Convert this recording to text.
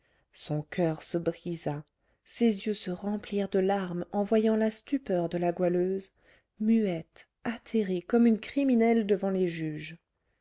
son coeur se brisa ses yeux se remplirent de larmes en voyant la stupeur de la goualeuse muette atterrée comme une criminelle devant les juges